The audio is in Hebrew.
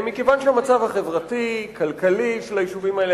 מכיוון שהמצב החברתי-הכלכלי של היישובים האלה